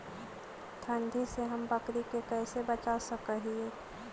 ठंडी से हम बकरी के कैसे बचा सक हिय?